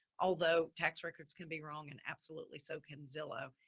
although tax records can be wrong and absolutely, so can zillow,